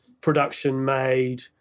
production-made